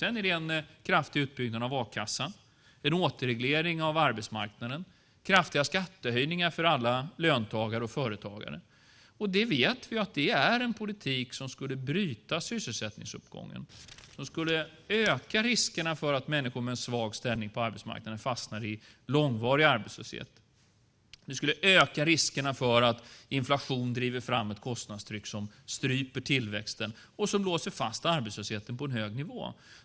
Vidare är det en kraftig utbyggnad av a-kassan, en återreglering av arbetsmarknaden samt kraftiga skattehöjningar för alla löntagare och företagare. Vi vet att det är en politik som skulle bryta sysselsättningsuppgången, som skulle öka riskerna för att människor med svag ställning på arbetsmarknaden fastnar i långvarig arbetslöshet. Det skulle öka riskerna för att inflationen driver fram ett kostnadstryck som stryper tillväxten och låser fast arbetslösheten på en hög nivå.